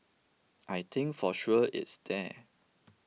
I think for sure it's there